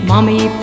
Mommy